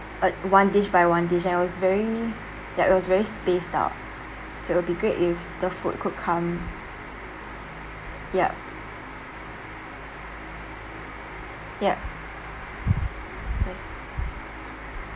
uh one dish by one dish and it was very yup it was very spaced out so would be great if the food could come yup yup yes